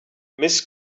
mrs